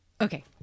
okay